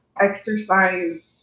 exercise